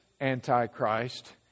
antichrist